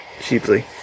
cheaply